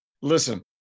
Listen